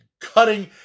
cutting